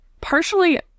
partially